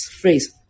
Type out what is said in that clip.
phrase